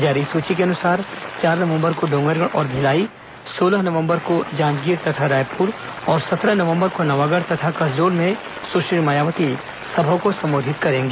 जारी सूची के अनुसार चार नवंबर को डोंगरगढ़ और भिलाई सोलह नवंबर को जांजगीर तथा रायपुर और सत्रह नवंबर को नवागढ़ तथा कसडोल में सुश्री मायावती सभा को संबोधित करेंगी